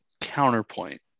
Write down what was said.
counterpoint